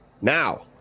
Now